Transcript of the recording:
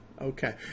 Okay